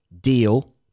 deal